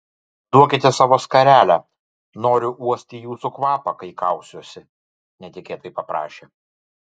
duokite savo skarelę noriu uosti jūsų kvapą kai kausiuosi netikėtai paprašė